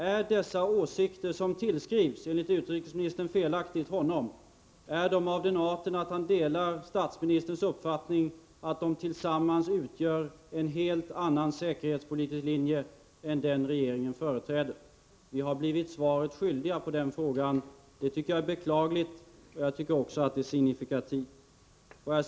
Är de åsikter som enligt utrikesministern felaktigt tillskrivs honom av den arten att han delar statsministerns uppfattning, att de tillsammans utgör en helt annan säkerhetspolitisk linje än den regeringen företräder? Utrikesministern har blivit oss svaret skyldig på den frågan. Det tycker jag är beklagligt, och jag tycker också att det är signifikativt.